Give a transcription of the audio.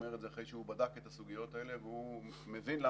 הוא אומר את זה אחרי שהוא בדק את הסוגיות